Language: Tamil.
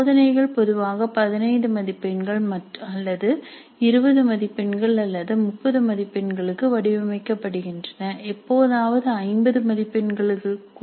சோதனைகள் பொதுவாக 15 மதிப்பெண்கள் அல்லது 20 மதிப்பெண்கள் அல்லது 30 மதிப்பெண்களுக்கு வடிவமைக்கப்படுகின்றன எப்போதாவது 50 மதிப்பெண்களுக்கு கூட